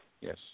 yes